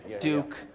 Duke